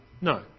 No